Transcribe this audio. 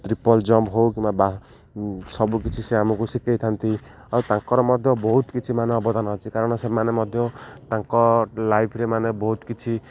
triple jump ହଉ କିମ୍ବା ସବୁକିଛି ସେ ଆମକୁ ଶିଖାଇଥାନ୍ତି ଆଉ ତାଙ୍କର ମଧ୍ୟ ବହୁତ କିଛି ମାନେ ଅବଦାନ ଅଛି କାରଣ ସେମାନେ ମଧ୍ୟ ତାଙ୍କ ଲାଇଫ୍ରେ ମାନେ ବହୁତ କିଛି